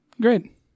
great